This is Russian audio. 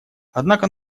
однако